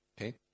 Okay